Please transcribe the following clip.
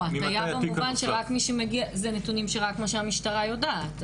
זה נתונים רק מה שהמשטרה יודעת.